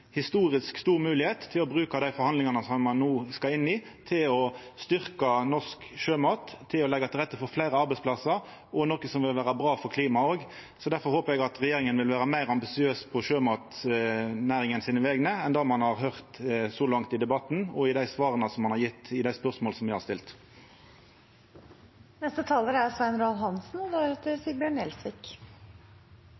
no skal inn i, til å styrkja norsk sjømat, leggja til rette for fleire arbeidsplassar og til å gjera noko som også vil vera bra for klimaet. Difor håpar eg at regjeringa vil vera meir ambisiøs på vegner av sjømatnæringa enn det ein har høyrt så langt i debatten og i dei svara ein har gjeve til dei spørsmåla eg har stilt. Representanten Liv Signe Navarsete bestred, slik jeg oppfattet det, at det ville kunne bli kontroll av kvalitet f.eks. på fisk på grensen uten EØS-avtalen, altså med en handelsavtale, og